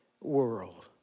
world